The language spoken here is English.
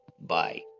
Bye